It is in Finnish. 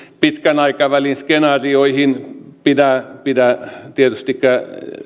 pitkän aikavälin skenaarioihin pidä pidä tietystikään